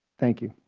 thank you.